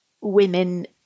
women